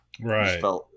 right